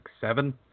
seven